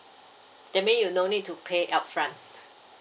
that mean you no need to pay upfront